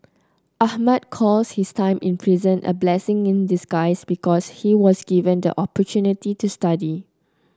Ahmad calls his time in prison a blessing in disguise because he was given the opportunity to study